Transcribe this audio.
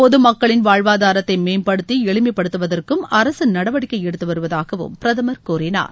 பொது மக்களின் வாழ்வாதாரத்தை மேம்படுத்தி எளிமைப்படுத்துவதற்கும் அரசு நடவடிக்கை எடுத்து வருவதாக பிரதமர் கூறினார்